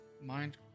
mind